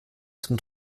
zum